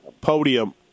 podium